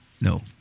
No